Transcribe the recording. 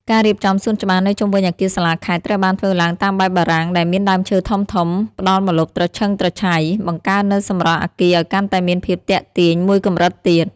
ការរៀបចំសួនច្បារនៅជុំវិញអគារសាលាខេត្ត ត្រូវបានធ្វើឡើងតាមបែបបារាំងដែលមានដើមឈើធំៗផ្តល់ម្លប់ត្រឈឹងត្រឈៃ បង្កើននូវសម្រស់អគារឱ្យកាន់តែមានភាពទាក់ទាញមួយកម្រិតទៀត។